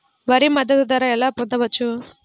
వరి మద్దతు ధర ఎలా పొందవచ్చు?